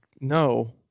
no